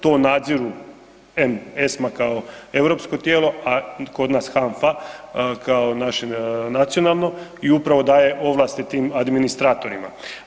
To nadziru ESMA kao europsko tijelo, a kod nas HANFA kao naše nacionalno i upravo daje ovlasti tim administratorima.